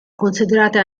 considerate